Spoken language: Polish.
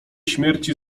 śmierci